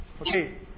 Okay